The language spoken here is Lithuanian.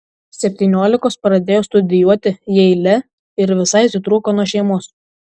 septyniolikos pradėjo studijuoti jeile ir visai atitrūko nuo šeimos